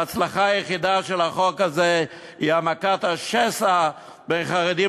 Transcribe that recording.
ההצלחה היחידה של החוק הזה היא העמקת השסע בין חרדים